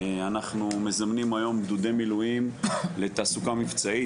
אנחנו מזמנים היום גדודי מילואים לתעסוקה מבצעית.